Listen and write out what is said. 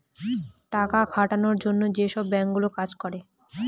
টাকা খাটানোর জন্য যেসব বাঙ্ক গুলো কাজ করে